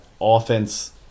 offense